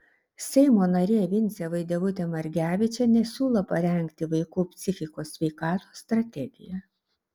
seimo narė vincė vaidevutė margevičienė siūlo parengti vaikų psichikos sveikatos strategiją